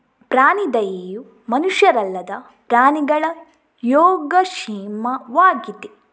ಪ್ರಾಣಿ ದಯೆಯು ಮನುಷ್ಯರಲ್ಲದ ಪ್ರಾಣಿಗಳ ಯೋಗಕ್ಷೇಮವಾಗಿದೆ